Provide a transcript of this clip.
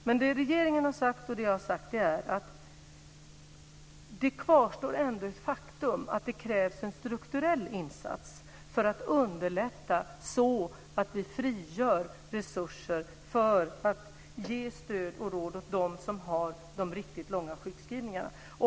Men vad regeringen och jag har sagt är att det faktum ändå kvarstår att det krävs en strukturell insats för att underlätta så att vi frigör resurser för att ge stöd och råd till dem som har de riktigt långa sjukskrivningarna.